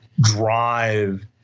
drive